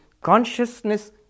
consciousness